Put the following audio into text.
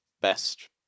best